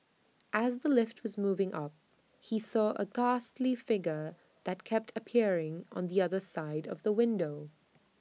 as the lift was moving up he saw A ghastly figure that kept appearing on the other side of the window